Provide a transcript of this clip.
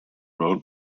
role